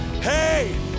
hey